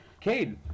Cade